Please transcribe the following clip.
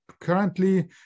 currently